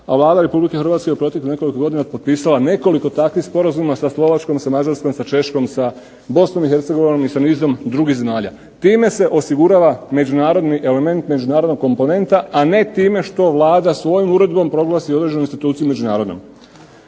a Vlada Republike Hrvatske je u proteklih nekoliko godina potpisala nekoliko takvih sporazuma sa Slovačkom, sa Mađarskom, sa Češkom, sa BiH i sa nizom drugih zemalja. Time se osigurava međunarodni element, međunarodna komponenta, a ne time što Vlada svojom uredbom proglasi određenu instituciju međunarodnom.